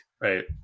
right